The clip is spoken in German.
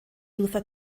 luther